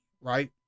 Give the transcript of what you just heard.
right